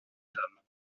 hommes